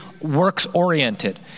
works-oriented